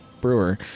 brewer